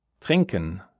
trinken